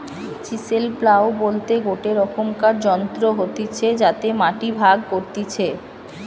chisel plough বলতে গটে রকমকার যন্ত্র হতিছে যাতে মাটি ভাগ করতিছে